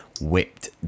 whipped